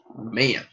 Man